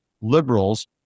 liberals